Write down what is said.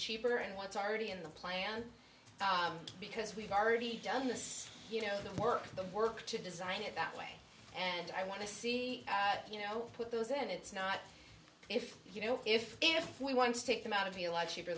cheaper and what's already in the plan because we've already done this you know the work the work to design it that way and i want to see you know put those in it's not if you know if if we want to take them out of the lot cheaper